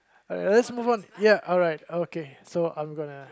let's move on ya alright okay so I'm gonna